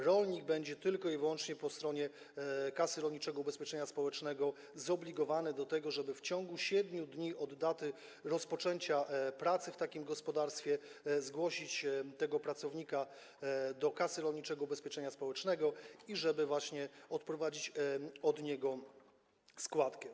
Rolnik będzie tylko i wyłącznie ze strony Kasy Rolniczego Ubezpieczenia Społecznego zobligowany do tego, żeby w ciągu 7 dni od daty rozpoczęcia przez pracownika pracy w gospodarstwie zgłosić tego pracownika do Kasy Rolniczego Ubezpieczenia Społecznego i żeby właśnie odprowadzić od niego składkę.